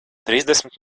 trīsdesmit